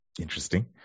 Interesting